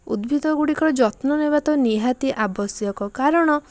ଉଦ୍ଭିଦଗୁଡ଼ିକର ଯତ୍ନ ନେବା ତ ନିହାତି ଆବଶ୍ୟକ କାରଣ